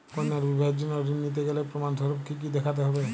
কন্যার বিবাহের জন্য ঋণ নিতে গেলে প্রমাণ স্বরূপ কী কী দেখাতে হবে?